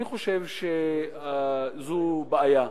אני חושב שזאת בעיה,